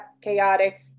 chaotic